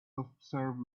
observe